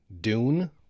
dune